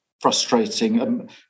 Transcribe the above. frustrating